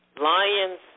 Lions